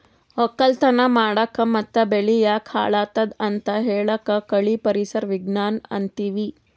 ವಕ್ಕಲತನ್ ಮಾಡಕ್ ಮತ್ತ್ ಬೆಳಿ ಯಾಕ್ ಹಾಳಾದತ್ ಅಂತ್ ಹೇಳಾಕ್ ಕಳಿ ಪರಿಸರ್ ವಿಜ್ಞಾನ್ ಅಂತೀವಿ